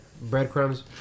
breadcrumbs